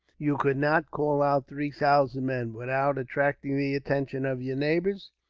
you could not call out three thousand men, without attracting the attention of your neighbours?